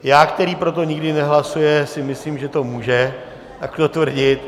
Já, který pro to nikdy nehlasuje, si myslím, že to může takto tvrdit.